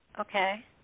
Okay